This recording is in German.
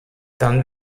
dann